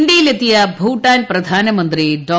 ഇന്ത്യയിലെത്തിയ ഭൂട്ടാൻ പ്രധാനമന്ത്രി ഇന്ന് ഡോ